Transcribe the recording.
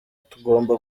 tugomba